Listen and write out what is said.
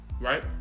right